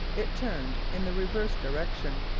it turned in the reverse direction.